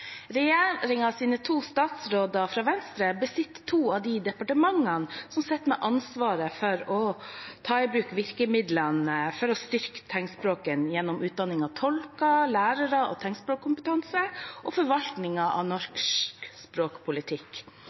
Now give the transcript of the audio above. to statsråder fra Venstre besitter to av de departementene som har ansvaret for å ta i bruk virkemidler for å styrke tegnspråket, gjennom utdanning av tolker og lærere med tegnspråkkompetanse, og for forvaltningen av norsk språkpolitikk.